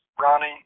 Ronnie